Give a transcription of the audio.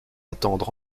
attendre